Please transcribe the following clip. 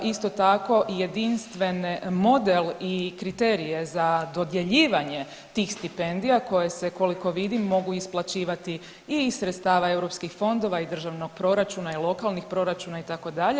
Isto tako i jedinstven model i kriterije za dodjeljivanje tih stipendija koje se koliko vidim mogu isplaćivati i iz sredstava EU fondova i državnog proračuna i lokalnih proračuna itd.